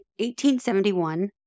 1871